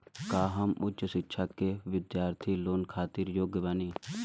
का हम उच्च शिक्षा के बिद्यार्थी लोन खातिर योग्य बानी?